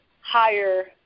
higher